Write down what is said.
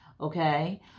Okay